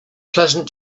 pleasant